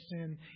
sin